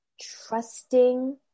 trusting